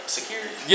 security